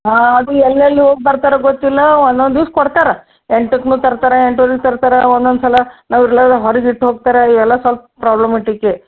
ಹಾಂ ಅದು ಎಲ್ಲೆಲ್ಲಿ ಹೋಗಿ ಬರ್ತಾರೋ ಗೊತ್ತಿಲ್ಲ ಒಂದೊಂದು ದಿವ್ಸ ಕೊಡ್ತಾರೆ ಎಂಟಕ್ಕೂ ತರ್ತಾರೆ ಎಂಟೂವರೆ ತರ್ತಾರೆ ಒಂದೊಂದು ಸಲ ನಾವು ಇರ್ಲಾಗ ಹೊರಗೆ ಇಟ್ಟು ಹೋಗ್ತಾರೆ ಇವೆಲ್ಲ ಸ್ವಲ್ಪ ಪ್ರಾಬ್ಲಮ್